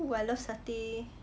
oo I love satay